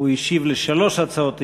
הוא השיב על שלוש הצעות אי-אמון.